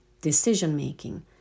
decision-making